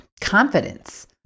confidence